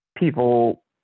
people